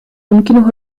يمكنه